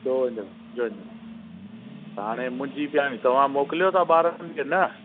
हाणे मुंझी पिया आहियूं तव्हां मोकिलियो था ॿारनि खे न